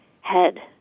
head